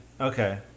okay